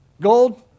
Gold